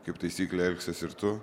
kaip taisyklė elgsis ir tu